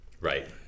Right